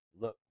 look